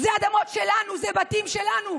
אלה אדמות שלנו, אלה בתים שלנו,